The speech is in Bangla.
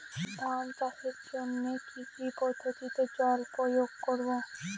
ধান চাষের জন্যে কি কী পদ্ধতিতে জল প্রয়োগ করব?